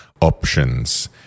options